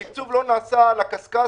התקצוב לא נעשה על הקשקש,